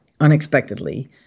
unexpectedly